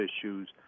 issues